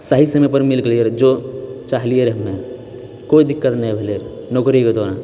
सही समय पर मिल गेलै रहै जो चाहलियैरऽ हमे कोइ दिक्कत नहि भेलै नौकरीके दौरान